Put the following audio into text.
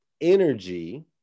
Energy